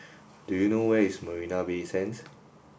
do you know where is Marina Bay Sands